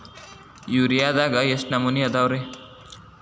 ಯೂರಿಯಾದಾಗ ಎಷ್ಟ ನಮೂನಿ ಅದಾವ್ರೇ?